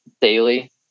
daily